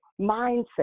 mindset